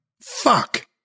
Fuck